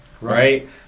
right